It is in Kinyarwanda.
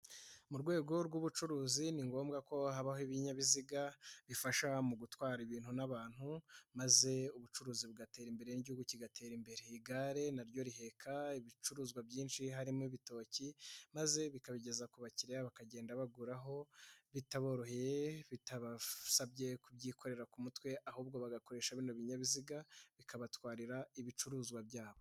Mu rwego rw'ubucuruzi ni ngombwa ko habaho ibinyabiziga bifasha mu gutwara ibintu n'abantu, maze ubucuruzi bugatera imbere igihugu kigatera imbere. Igare na ryo riheka ibicuruzwa byinshi harimo ibitoki maze bikabigeza ku bakiriya bakagenda baguraho bitaboroheye, bitabasabye kubyikorera ku mutwe, ahubwo bagakoresha bino binyabiziga bikabatwarira ibicuruzwa byabo.